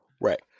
Right